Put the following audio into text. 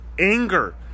anger